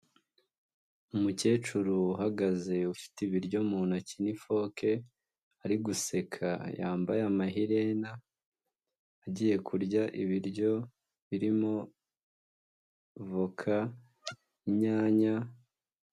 Umukecuru uhagaze ufite ibiryo mu ntoki n'ifoke, ari guseka, yambaye amaherena, agiye kurya ibiryo birimo voka, inyanya.